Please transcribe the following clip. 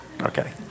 Okay